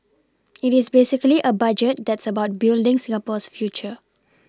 it is basically a budget that's about building Singapore's future